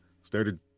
Started